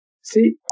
See